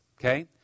Okay